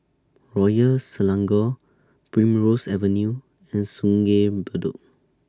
Royal Selangor Primrose Avenue and Sungei Bedok